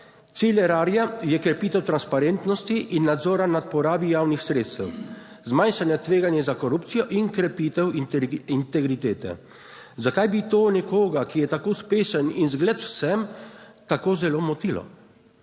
Cilj Erarja je krepitev transparentnosti in nadzora nad porabo javnih sredstev, zmanjšanja tveganja za korupcijo in krepitev integritete. Zakaj bi to nekoga, ki je tako uspešen in zgled vsem, tako zelo motilo?